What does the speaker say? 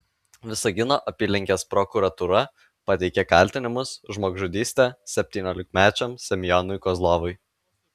visagino apylinkės prokuratūra pateikė kaltinimus žmogžudyste septyniolikmečiam semionui kozlovui